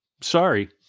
Sorry